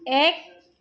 এক